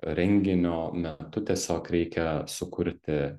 renginio metu tiesiog reikia sukurti